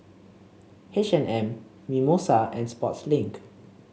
H and M Mimosa and Sportslink